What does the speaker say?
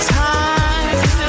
time